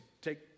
take